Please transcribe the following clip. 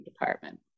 department